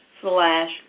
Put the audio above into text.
slash